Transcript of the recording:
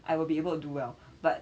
I will be able to do well but